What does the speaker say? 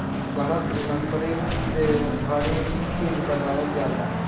करक लकड़ी से भारी चीज़ बनावल जाला